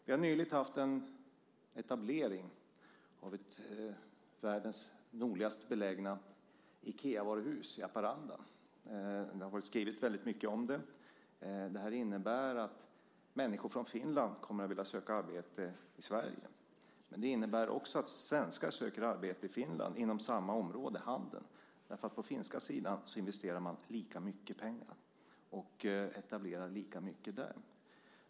Vi har nyligen haft en etablering av världens nordligast belägna Ikeavaruhus i Haparanda. Det har skrivits väldigt mycket om det. Det innebär att människor från Finland kommer att vilja söka arbete i Sverige. Men det innebär också att svenskar söker arbete i Finland inom samma område, handeln. På den finska sidan investerar man lika mycket pengar och etablerar lika mycket där.